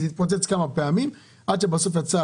זה התפוצץ כמה פעמים עד שבסוף יצאה